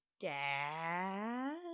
dad